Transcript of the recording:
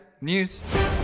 news